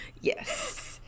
yes